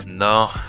No